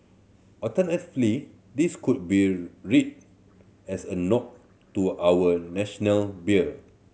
alternatively this could be read as a nod to our National beer